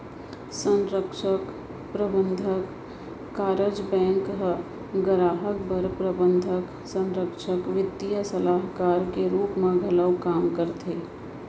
संरक्छक, परबंधक, कारज बेंक ह गराहक बर प्रबंधक, संरक्छक, बित्तीय सलाहकार के रूप म घलौ काम करथे